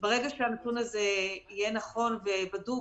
ברגע שהנתון הזה יהיה נכון ובדוק,